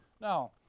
now